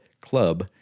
club